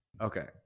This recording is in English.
okay